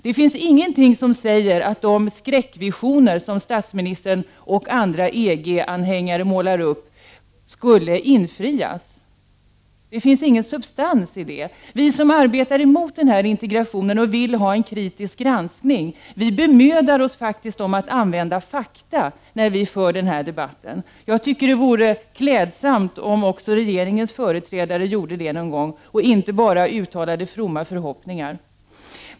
Det finns ingenting som säger att de skräckvisioner som statsministern och andra EG-anhängare målar upp skulle infrias. Det finns ingen substans i det. Vi som arbetar mot denna integration och vill ha en kritisk granskning bemödar oss faktiskt om att använda fakta när vi för denna debatt. Jag tycker att det vore klädsamt om även regeringens företrädare gjorde det någon gång och inte bara uttalade fromma förhoppningar.